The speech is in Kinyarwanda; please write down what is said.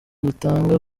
dutanga